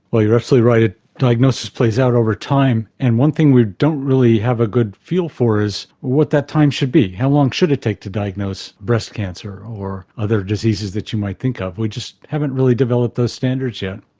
you're absolutely right, ah diagnosis plays out over time, and one thing we don't really have a good feel for is what that time should be. how long should it take to diagnose breast cancer or other diseases that you might think of? we just haven't really developed those standards yet.